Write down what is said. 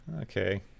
okay